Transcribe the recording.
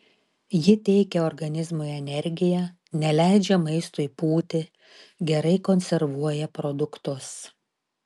ji teikia organizmui energiją neleidžia maistui pūti gerai konservuoja produktus